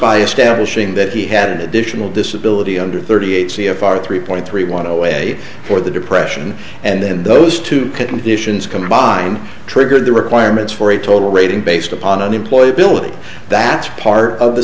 by establishing that he had an additional disability under thirty eight c f r three point three want to weigh for the depression and the those two conditions combine triggered the requirements for a total rating based upon unemployability that's part of the